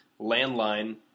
landline